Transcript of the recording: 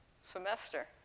semester